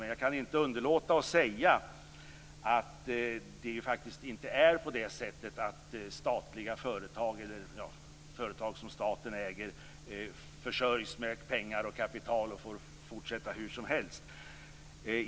Men jag kan inte underlåta att säga att det faktiskt inte är på det sättet att företag som staten äger försörjs med pengar och kapital och får fortsätta hur som helst.